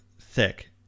thick